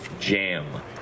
Jam